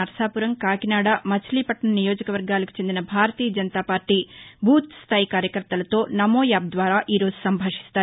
నర్పాపురం కాకినాడ మచిలీవట్నం నియోజకవర్గాలకు చెందిన భారతీయ జనతాపార్టీ బూత్ స్థాయి కార్యకర్తలతో నమో యావ్ ద్వారా నంభాషిస్తారు